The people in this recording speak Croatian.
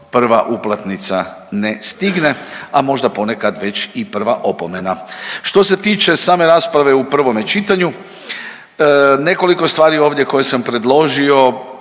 prva uplatnica ne stigne, a možda ponekad već i prva opomena. Što se tiče same rasprave u prvome čitanju nekoliko je stvari koje sam ovdje predložio